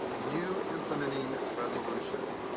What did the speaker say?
new implementing resolution